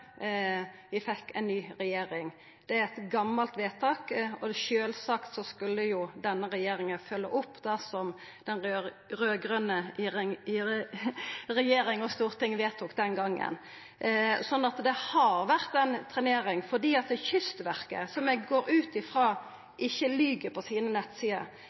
vi fekk ei ny regjering. Det er eit gammalt vedtak, og sjølvsagt skulle jo denne regjeringa følgja opp det som den raud-grøne regjeringa og Stortinget vedtok den gongen. Så det har vore ei trenering. For Kystverket, som eg går ut ifrå ikkje lyg på sine nettsider,